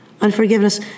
unforgiveness